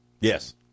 Yes